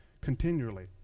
continually